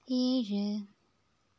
ഏഴ്